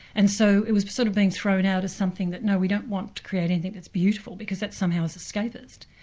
and so it was sort of being thrown out as something that no, we don't want to create anything that's beautiful, because that somehow is escapist'.